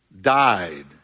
died